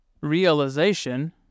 realization